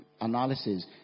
analysis